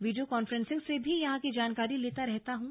video conferencing से भी यहां की जानकारी लेता रहता हूं